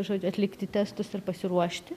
žodžiu atlikti testus ir pasiruošti